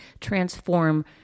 transform